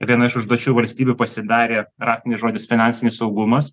viena iš užduočių valstybių pasidarė raktinis žodis finansinis saugumas